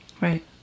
Right